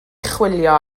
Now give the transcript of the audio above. chwilio